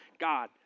God